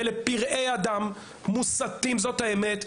אלה פרעי אדם מוסתים, זאת האמת.